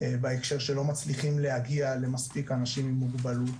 בהקשר שלא מצליחים להגיע למספיק אנשים עם מוגבלות.